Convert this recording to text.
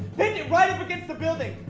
pinned it right up against the building.